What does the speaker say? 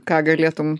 ką galėtum